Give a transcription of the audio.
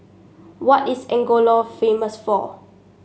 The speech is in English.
what is Angola famous for